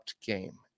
game